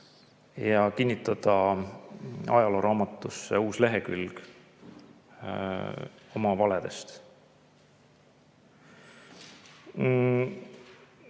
ja kinnitada ajalooraamatusse uus lehekülg oma valedest. Ma